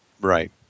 Right